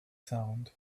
sound